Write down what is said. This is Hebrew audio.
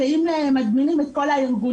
אם מזמינים את כל הארגונים,